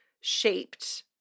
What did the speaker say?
shaped